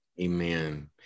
Amen